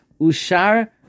Ushar